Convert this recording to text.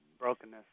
brokenness